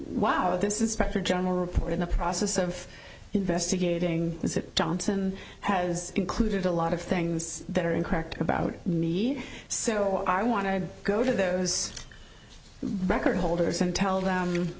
wow this inspector general report in the process of investigating this it johnson has included a lot of things that are incorrect about need so i want to go to those record holders and tell them